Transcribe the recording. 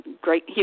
great